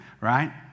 right